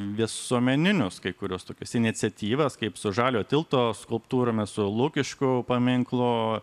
visuomeninius kai kurios tokios iniciatyvos kaip su žalio tilto skulptūromis su lukiškių paminklo